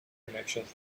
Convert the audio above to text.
connections